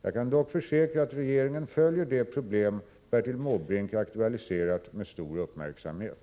Jag kan dock försäkra att regeringen följer det problem Bertil Måbrink aktualiserat med stor uppmärksamhet.